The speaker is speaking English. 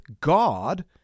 God